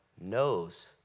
knows